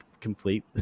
complete